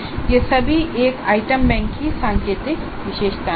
ये सभी एक आइटम बैंक की सांकेतिक विशेषताएं हैं